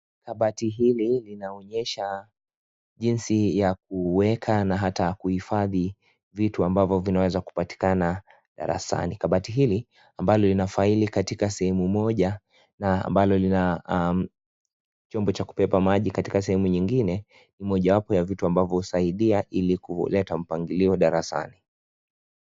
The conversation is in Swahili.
Kabati hili linaonyesha jinsi ya kuweka na hata kuhifadhi vitu ambavyo vinaweza kupatikana darasani. Kabati hili ambalo lina faili katika sehemu moja na ambalo lina chombo cha kubeba maji katika sehemu nyingine ni mojawapo ya vitu ambayo husaidia ili kuleta mpangilio darasani.